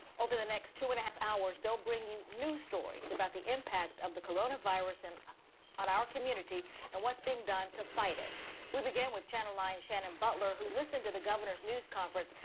over the next two and a half hours they'll bring you new stories about the impact of the coronavirus and on our community and what's being done to fight. we begin with channel lines. shannon butler who listen to the governor's news conference.